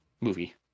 movie